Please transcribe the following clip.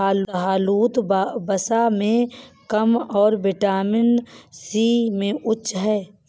शाहबलूत, वसा में कम और विटामिन सी में उच्च है